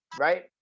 right